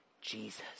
Jesus